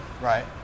Right